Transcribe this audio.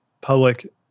public